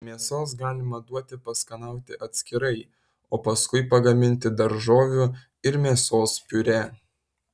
mėsos galima duoti paskanauti atskirai o paskui pagaminti daržovių ir mėsos piurė